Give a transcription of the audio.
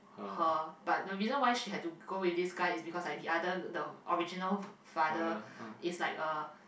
her but the reason why she had to go with this guy is because like the other the original father is like a